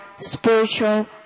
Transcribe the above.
spiritual